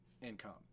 income